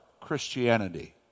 Christianity